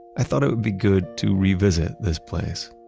i thought it would be good to revisit this place,